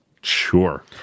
sure